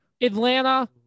Atlanta